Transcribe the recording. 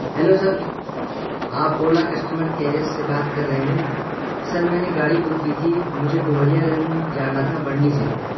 hello sir آپ Ola customer care سے بات کر رہے ہیں سر میں نے گاڑی بک کی تھی مجھے ڈومریا گنج جانا تھا بڑھنی سے